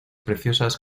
preciosas